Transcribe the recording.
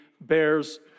bears